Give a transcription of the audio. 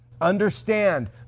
Understand